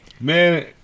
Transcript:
Man